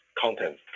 content